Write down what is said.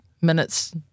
minutes